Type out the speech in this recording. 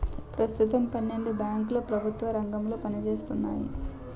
పెస్తుతం పన్నెండు బేంకులు ప్రెభుత్వ రంగంలో పనిజేత్తన్నాయి